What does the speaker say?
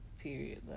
period